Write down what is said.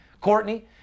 Courtney